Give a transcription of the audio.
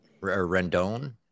Rendon